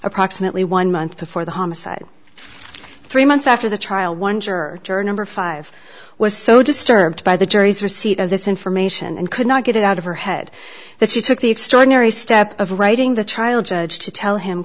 approximately one month before the homicide three months after the trial one juror juror number five was so disturbed by the jury's receipt of this information and could not get it out of her head that she took the extraordinary step of writing the trial judge to tell him